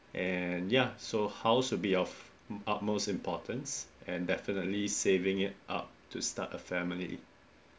and ya house would be your ut~ utmost importance and definitely saving it up to start a family